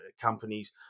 companies